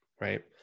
right